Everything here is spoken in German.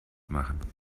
machen